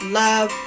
love